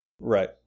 Right